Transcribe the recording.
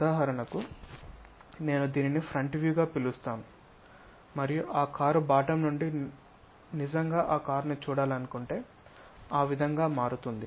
ఉదాహరణకు నేను దీనిని ఫ్రంట్ వ్యూగా పిలుస్తాము మరియు ఆ కారు బాటమ్ నుండి నిజంగా ఆ కారును చూడాలనుకుంటే ఆ విధంగా మారుతుంది